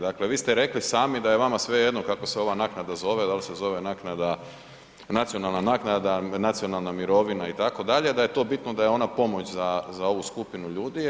Dakle, vi ste rekli sami da je vama svejedno kako se ova naknada zove, dal se zove naknada, nacionalna naknada, nacionalna mirovina itd., da je to bitno da je ona pomoć za, za ovu skupinu ljudi.